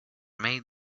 made